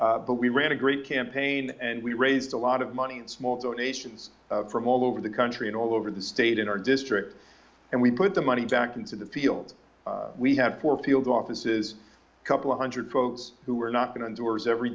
say but we ran a great campaign and we raised a lot of money in small donations from all over the country and all over the state in our district and we put the money back into the field we have four field offices couple of hundred folks who are not going on doors every